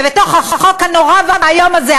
ובתוך החוק הנורא ואיום הזה,